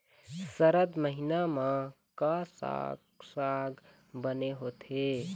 सरद महीना म का साक साग बने होथे?